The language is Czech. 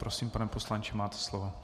Prosím, pane poslanče, máte slovo.